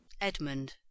Edmund